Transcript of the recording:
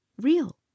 real